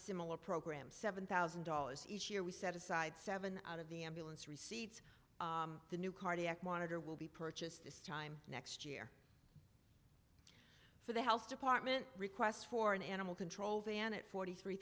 similar program seven thousand dollars each year we set aside seven out of the ambulance receipts the new cardiac monitor will be purchased this time next year for the health department request for an animal control van it forty three